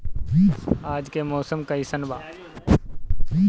आज के मौसम कइसन बा?